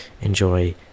enjoy